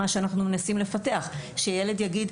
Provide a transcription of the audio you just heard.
זה מה שאנחנו מנסים לפתח: שילד יגיד: